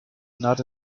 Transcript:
not